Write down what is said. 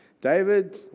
David